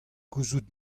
gouzout